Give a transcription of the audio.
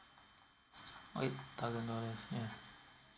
orh eight thousand dollars ya